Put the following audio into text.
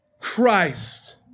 Christ